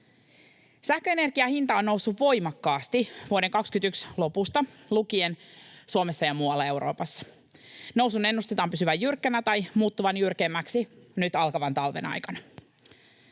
Sähköenergian hinta on noussut voimakkaasti vuoden 21 lopusta lukien Suomessa ja muualla Euroopassa. Nousun ennustetaan pysyvän jyrkkänä tai muuttuvan jyrkemmäksi nyt alkavan talven aikana.